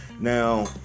Now